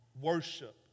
worship